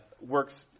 works